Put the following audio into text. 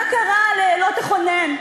מה קרה ל"לא תחונם"?